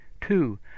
Two